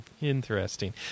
Interesting